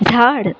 झाड